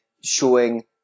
showing